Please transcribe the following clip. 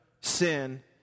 sin